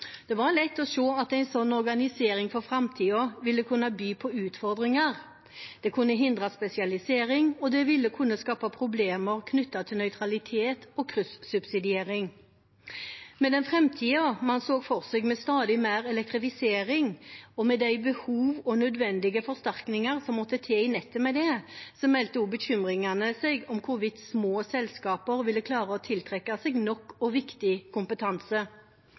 Det var lett å se at en slik organisering for framtiden ville kunne by på utfordringer. Det kunne hindre spesialisering, og det ville kunne skape problemer knyttet til nøytralitet og kryssubsidiering. Med den framtiden man så for seg med stadig mer elektrifisering, og med de behov og nødvendige forsterkninger som måtte til i nettet med det, meldte bekymringene seg om hvorvidt små selskaper ville klare å tiltrekke seg nok og viktig kompetanse.